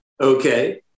Okay